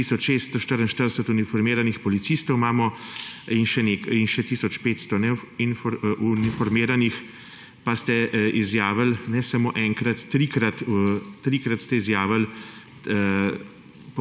644 uniformiranih policistov imamo in še tisoč 500 neuniformiranih, pa ste izjavili, ne samo enkrat, trikrat ste izjavili